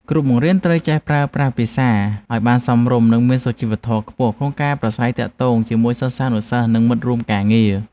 គ្រូបង្រៀនត្រូវចេះប្រើប្រាស់ភាសាឱ្យបានសមរម្យនិងមានសុជីវធម៌ខ្ពស់ក្នុងការប្រាស្រ័យទាក់ទងជាមួយសិស្សានុសិស្សនិងមិត្តរួមការងារ។